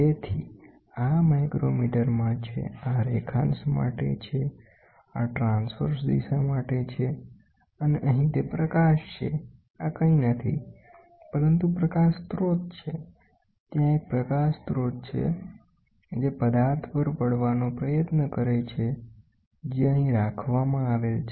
તેથી આ માઇક્રોમીટરમાં છે આ રેખાંશ માટે છે આ ટ્રાંસ્વર્સેસ દિશા માટે છે અને અહીંતે પ્રકાશ છે આ કંઈ નથી પરંતુ પ્રકાશ સ્રોત છે ત્યાં એક પ્રકાશ સ્રોત છે જે પદાર્થ પર પડવાનો પ્રયત્ન કરેછે જે અહીં રાખવામાં આવેલ છે